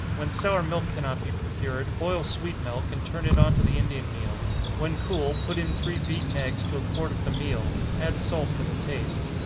when sour milk cannot be procured, boil sweet milk, and turn it on to the indian meal when cool, put in three beaten eggs to a quart of the meal add salt to the taste.